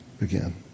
again